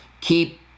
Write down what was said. keep